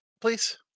please